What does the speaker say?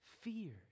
feared